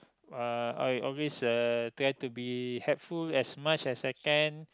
uh I always uh try to be helpful as much as I can